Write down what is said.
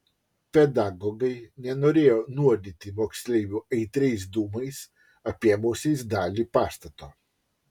pedagogai nenorėjo nuodyti moksleivių aitriais dūmais apėmusiais dalį pastato